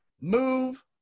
move